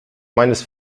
meines